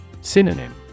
Synonym